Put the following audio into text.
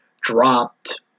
dropped